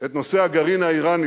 את נושא הגרעין האירני